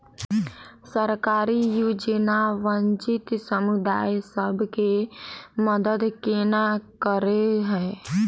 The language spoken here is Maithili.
सरकारी योजना वंचित समुदाय सब केँ मदद केना करे है?